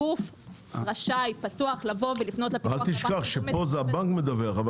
הגוף רשאי, פתוח לבוא ולפנות לפיקוח על הבנקים.